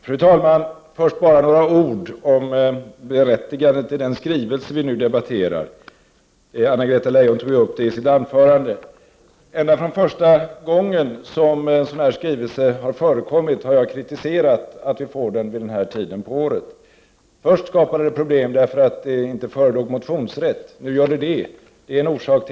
Fru talman! Först bara några ord om det berättigade i den skrivelse vi nu debatterar, detta eftersom Anna-Greta Leijon tog upp frågan i sitt anförande. Ända sedan första gången en skrivelse av det här slaget förekom har jag kritiserat det faktum att vi får den vid den här tiden på året. Denna skrivelse skapade från början problem eftersom den inte var förenad med motionsrätt. Nu föreligger motionsrätt.